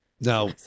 Now